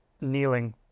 kneeling